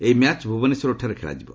ଏହି ମ୍ୟାଚ୍ ଭୁବନେଶ୍ୱରଠାରେ ଖେଳାଯିବ